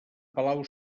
palau